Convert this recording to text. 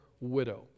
widow